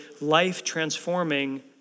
life-transforming